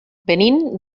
venim